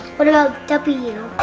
what about w.